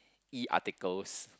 E-articles